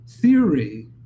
theory